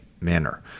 manner